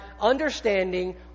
understanding